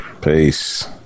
Peace